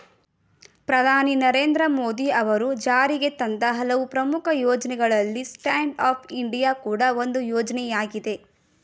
ಪ್ರಧಾನಿ ನರೇಂದ್ರ ಮೋದಿ ಅವರು ಜಾರಿಗೆತಂದ ಹಲವು ಪ್ರಮುಖ ಯೋಜ್ನಗಳಲ್ಲಿ ಸ್ಟ್ಯಾಂಡ್ ಅಪ್ ಇಂಡಿಯಾ ಕೂಡ ಒಂದು ಯೋಜ್ನಯಾಗಿದೆ